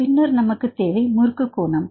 பின்னர் நமக்கு தேவை முறுக்கு கோணம்